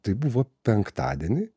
tai buvo penktadienį